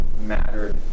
mattered